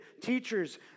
teachers